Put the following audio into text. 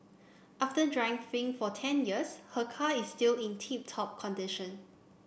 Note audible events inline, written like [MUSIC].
after [UNINTELLIGIBLE] for ten years her car is still in tip top condition